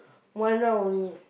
one round only